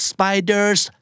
Spider's